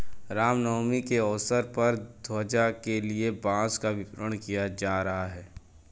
राम नवमी के अवसर पर ध्वजा के लिए बांस का वितरण किया जा रहा है